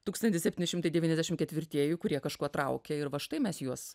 tūkstantis septyni šimtai devyniasdešimt ketvirtieji kurie kažkuo traukia ir va štai mes juos